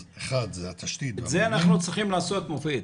את זה אנחנו צריכים לעשות, מופיד.